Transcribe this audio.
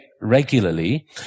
regularly